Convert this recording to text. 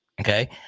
okay